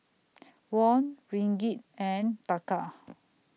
Won Ringgit and Taka